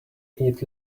eat